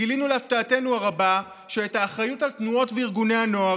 גילינו להפתעתנו הרבה שאת האחריות לתנועות וארגוני הנוער